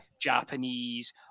Japanese